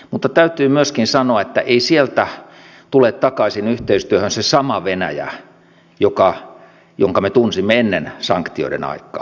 mutta täytyy myöskin sanoa että ei sieltä tule takaisin yhteistyöhön se sama venäjä jonka me tunsimme ennen sanktioiden aikaa